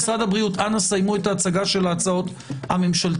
אנא סיימו את ההצגה של ההצעות הממשלתיות.